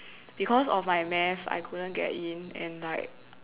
because of my math I couldn't get in and like